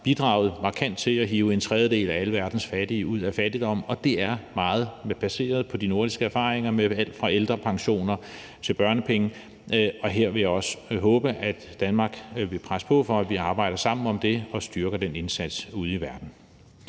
bidraget markant til at hive en tredjedel af alle verdens fattige ud af fattigdom, og det er meget baseret på de nordiske erfaringer med alt fra ældrepensioner til børnepenge, og her vil jeg også håbe, at Danmark vil presse på for, at vi arbejder sammen om det og styrker den indsats ude i verden.